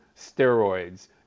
steroids